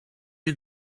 you